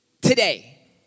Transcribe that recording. Today